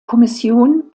kommission